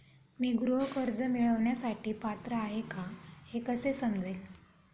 मी गृह कर्ज मिळवण्यासाठी पात्र आहे का हे कसे समजेल?